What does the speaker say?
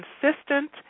consistent